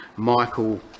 Michael